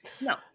no